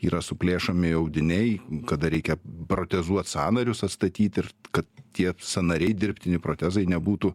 yra suplėšomi audiniai kada reikia protezuot sąnarius atstatyt ir kad tie sąnariai dirbtiniai protezai nebūtų